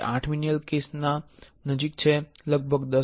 8 million case ના લગભગ 10